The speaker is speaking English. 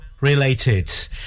related